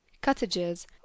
cottages